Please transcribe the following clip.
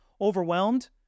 Overwhelmed